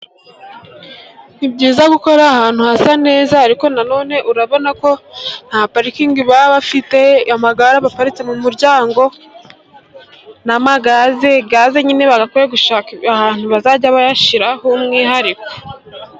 Ni byiza gukorera ari ahantu hasa neza, ariko na none urabona ko nta parikingi baba bafite, amagare aba aparitse mu muryango na gaze, gaze nyine bagakwiye gushaka ahantu bazajya bazishyira h'umwihariko.